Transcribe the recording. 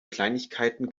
kleinigkeiten